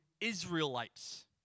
Israelites